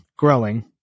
Growing